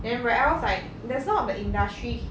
then whereas like there's not of the industry